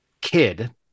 kid